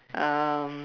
um